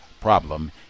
problem